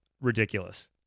ridiculous